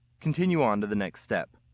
continue on to the next step.